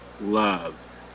love